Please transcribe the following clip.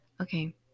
Okay